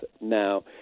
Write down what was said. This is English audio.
now